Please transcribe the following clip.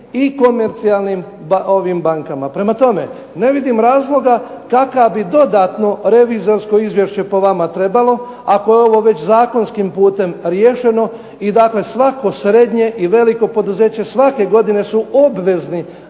i komercijalnim ovim bankama. Prema tome, ne vidim razloga kakvo bi dodatno revizorsko izvješće po vama trebalo, ako je ovo već zakonskim putem riješeno. I dakle, svako srednje i veliko poduzeće svake godine su obvezni